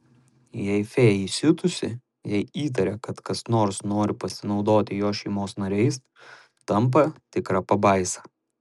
jei fėja įsiutusi jei įtaria kad kas nori pasinaudoti jos šeimos nariais tampa tikra pabaisa